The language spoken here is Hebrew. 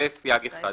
זה סייג אחד.